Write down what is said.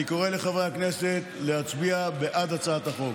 אני קורא לחברי הכנסת להצביע בעד הצעת החוק.